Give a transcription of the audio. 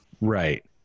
Right